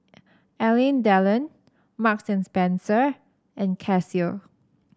Alain Delon Marks and Spencer and Casio